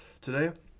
Today